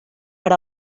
per